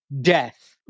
death